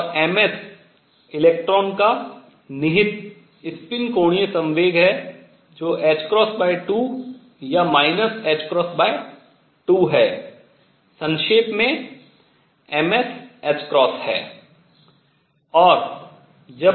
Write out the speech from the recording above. और m s electron का निहित स्पिन कोणीय संवेग जो ℏ2 या ℏ2 है संक्षेप में ms है